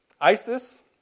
Isis